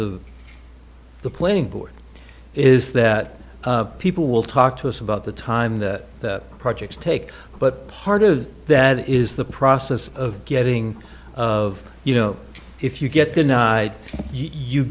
of the planning board is that people will talk to us about the time the projects take but part of that is the process of getting of you know if you get denied you